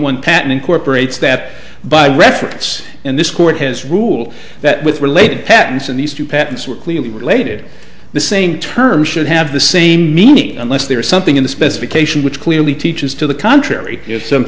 one patent incorporates that by reference and this court has ruled that with related patents and these two patents were clearly related the same terms should have the same meaning unless there is something in the specification which clearly teaches to the contrary